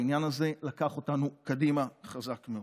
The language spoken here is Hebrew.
בעניין הזה לקח אותנו קדימה חזק מאוד.